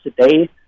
today